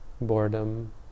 boredom